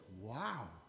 wow